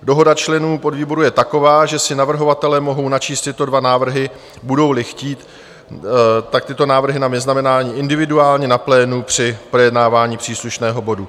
Dohoda členů podvýboru je taková, že si navrhovatelé mohou načíst tyto dva návrhy, budouli chtít, tak tyto návrhy na vyznamenání individuálně na plénu při projednávání příslušného bodu.